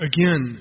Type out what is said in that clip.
Again